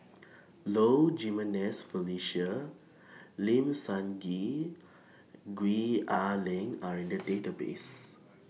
Low Jimenez Felicia Lim Sun Gee Gwee Ah Leng Are in The Database